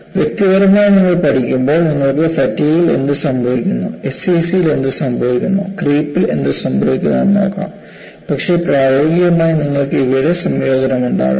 വ്യക്തിപരമായി നിങ്ങൾ പഠിക്കുമ്പോൾ നിങ്ങൾക്ക് ഫാറ്റിഗിൽ എന്ത് സംഭവിക്കുന്നു എസ്സിസിയിൽ എന്ത് സംഭവിക്കുന്നു ക്രീപ്പിൽ എന്ത് സംഭവിക്കുന്നു എന്ന് നോക്കാം പക്ഷേ പ്രായോഗികമായി നിങ്ങൾക്ക് ഇവയുടെ സംയോജനമുണ്ടാകാം